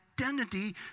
identity